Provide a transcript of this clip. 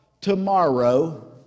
tomorrow